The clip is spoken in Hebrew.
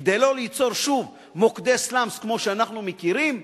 כדי לא ליצור שוב מוקדי סלאמס כמו שאנחנו מכירים,